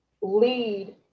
lead